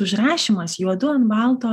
užrašymas juodu ant balto